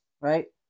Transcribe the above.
right